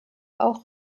auch